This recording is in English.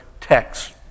Text